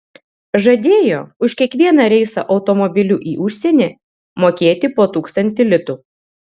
žadėjo už kiekvieną reisą automobiliu į užsienį mokėti po tūkstantį litų